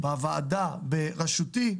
בוועדה ברשותי,